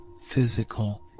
physical